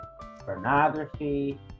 pornography